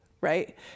Right